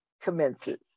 commences